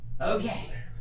Okay